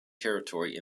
territory